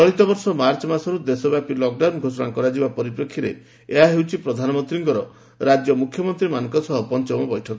ଚଳିତ ବର୍ଷ ମାର୍ଚ୍ଚ ମାସରୁ ଦେଶବ୍ୟାପୀ ଲକ୍ଡାଉନ୍ ଘୋଷଣା କରାଯିବା ପରିପ୍ରେକ୍ଷୀରେ ଏହା ହେଉଛି ପ୍ରଧାନମନ୍ତ୍ରୀଙ୍କର ରାଜ୍ୟ ମୁଖ୍ୟମନ୍ତ୍ରୀମାନଙ୍କ ସହ ପଞ୍ଚମ ବୈଠକ